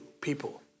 people